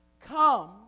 come